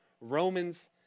Romans